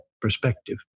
perspective